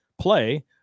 play